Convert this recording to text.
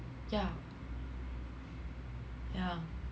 yeah yeah